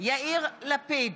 יאיר לפיד,